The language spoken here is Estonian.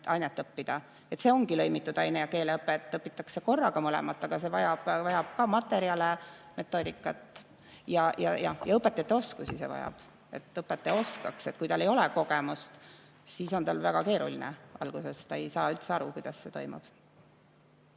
ainet õppida. See ongi lõimitud aine‑ ja keeleõpe, et õpitakse korraga mõlemat. Aga see vajab ka materjale, metoodikat ja õpetajate oskusi. See vajab, et õpetaja oskaks. Kui tal ei ole kogemust, siis on tal väga keeruline alguses, ta ei saa üldse aru, kuidas see toimub.